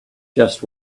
just